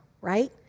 right